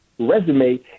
resume